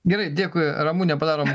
gerai dėkui ramune padarom